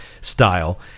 style